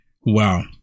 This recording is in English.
Wow